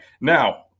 Now